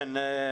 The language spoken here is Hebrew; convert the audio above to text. כן.